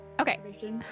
okay